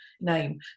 name